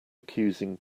accusing